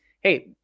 Hey